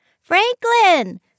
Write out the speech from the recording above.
Franklin